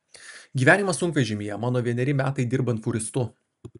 gyvenimas sunkvežimyje mano vieneri metai dirbant fūristu